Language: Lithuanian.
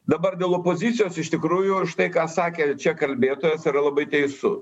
dabar dėl opozicijos iš tikrųjų štai ką sakė čia kalbėtojas yra labai teisu